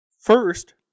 First